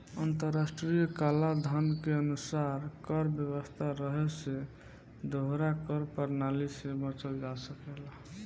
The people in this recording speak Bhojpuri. अंतर्राष्ट्रीय कलाधन के अनुसार कर व्यवस्था रहे से दोहरा कर प्रणाली से बचल जा सकेला